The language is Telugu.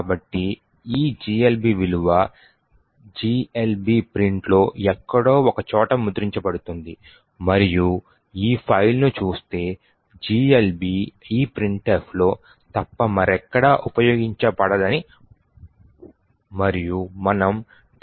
కాబట్టి ఈ GLB విలువ GLB ప్రింట్ లో ఎక్కడో ఒకచోట ముద్రించబడుతుంది మరియు ఈ ఫైల్ను చూస్తే GLB ఈ printfలో తప్ప మరెక్కడా ఉపయోగించబడదని మరియు మనం 10